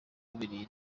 gihe